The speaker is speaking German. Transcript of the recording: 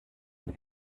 mit